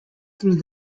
through